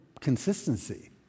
consistency